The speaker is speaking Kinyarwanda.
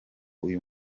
uyu